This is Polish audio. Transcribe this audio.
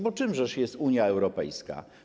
Bo czymże jest Unia Europejska?